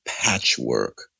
patchwork